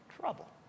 trouble